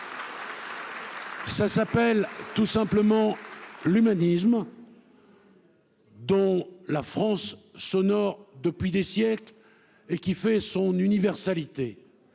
Cela s'appelle tout simplement l'humanisme, une valeur dont la France s'honore depuis des siècles et qui fait son universalité.